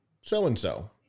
so-and-so